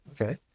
okay